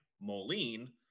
moline